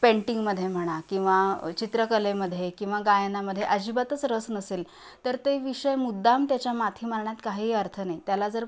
पेंटिंगमध्ये म्हणा किंवा चित्रकलेमध्ये किंवा गायनामध्ये अजिबातच रस नसेल तर ते विषय मुद्दाम त्याच्या माथी मारण्यात काहीही अर्थ नाही त्याला जर